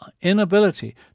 inability